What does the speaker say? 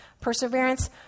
perseverance